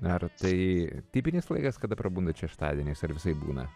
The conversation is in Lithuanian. ar tai tipinis laikas kada prabundate šeštadieniais ar visaip būna